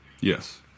Yes